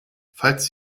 falls